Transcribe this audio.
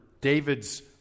David's